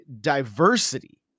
diversity